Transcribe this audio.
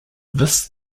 this